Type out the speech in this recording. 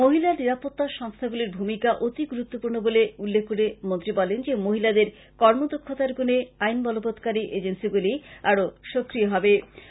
মহিলা নিরাপত্তা সংস্থাগুলির ভূমিকা অতি গুরুত্বপূর্ন বলে উল্লেখ করে মন্ত্রী বলেন যে মহিলাদের কর্মদক্ষতার গুনে আইন বলবৎকারী এজিন্সীগুলি আরও সক্রিয় হবে